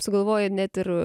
sugalvojo net ir